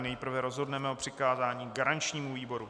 Nejprve rozhodneme o přikázání garančnímu výboru.